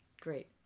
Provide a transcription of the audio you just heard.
Great